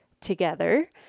together